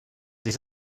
des